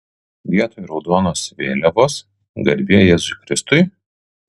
vietoj raudonos vėliavos garbė jėzui kristui